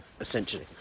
essentially